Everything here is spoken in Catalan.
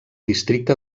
districte